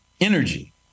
energy